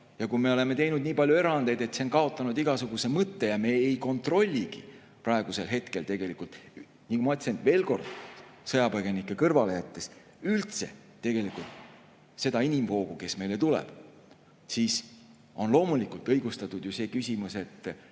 ja kui me oleme teinud nii palju erandeid, et see on kaotanud igasuguse mõtte ja me ei kontrolligi praegu tegelikult – ma ütlen veel kord, sõjapõgenikke kõrvale jättes – üldse seda inimvoogu, kes meile tuleb, siis on loomulikult õigustatud küsimus,